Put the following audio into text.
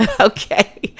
Okay